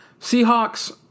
Seahawks